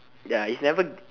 ya it's never